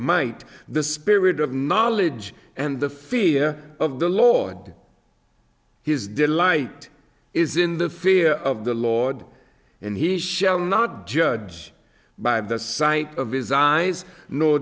might the spirit of knowledge and the fear of the lord his delight is in the fear of the lord and he shall not judge by the sight of his eyes no